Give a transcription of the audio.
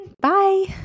bye